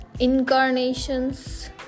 incarnations